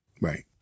Right